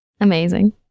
Amazing